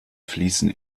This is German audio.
fließen